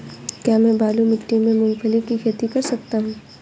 क्या मैं बालू मिट्टी में मूंगफली की खेती कर सकता हूँ?